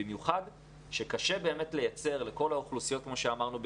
במיוחד שקשה באמת לייצר לכל האוכלוסיות כמו שאמרנו,